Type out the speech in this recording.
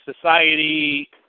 Society